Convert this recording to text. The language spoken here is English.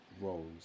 roles